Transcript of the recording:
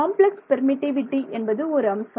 complex permittivity என்பது ஒரு அம்சம்